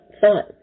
Thought